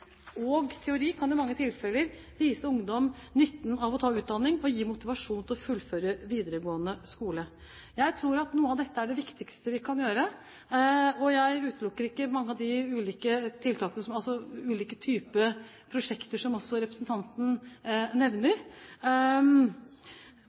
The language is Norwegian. og teori kan i mange tilfeller vise ungdom nytten av å ta utdanning og gi motivasjon til å fullføre videregående skole. Jeg tror at noe av dette er det viktigste vi kan gjøre, og jeg utelukker ikke mange av de ulike tiltakene, ulike typer prosjekter, som også representanten nevner.